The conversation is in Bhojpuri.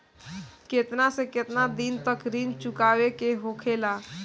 केतना से केतना दिन तक ऋण चुकावे के होखेला?